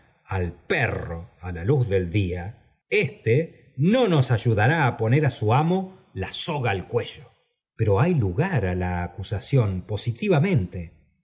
al perro á la luz del día éste no nos ayudará ó poner á su amo la soga al cuello pero hay lugar á la acusación positivamente